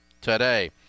today